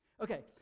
Okay